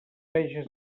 veges